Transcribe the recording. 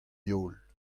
heol